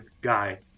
guy